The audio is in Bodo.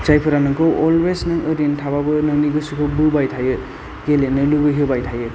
जायफोरा नोंखौ अलवेस नों ओरैनो थाबाबो नोंनि गोसोखौ बोबाय थायो गेलेनो लुबैहोबाय थायो